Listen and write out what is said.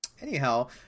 Anyhow